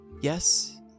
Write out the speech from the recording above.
Yes